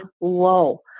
low